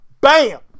bam